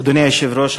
אדוני היושב-ראש,